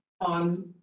on